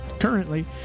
Currently